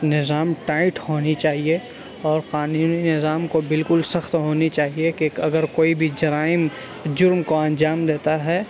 نظام ٹائٹ ہونی چاہیے اور قانونی نظام کو بالکل سخت ہونی چاہیے کہ اگر کوئی بھی جرائم جرم کو انجام دیتا ہے